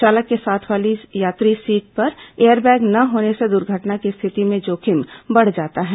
चालक के साथ वाली यात्री सीट पर एयरबैग न होने से दुर्घटना की स्थिति में जोखिम बढ़ जाता है